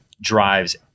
drives